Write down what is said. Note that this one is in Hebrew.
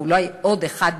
ואולי עוד אחד,